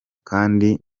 kandi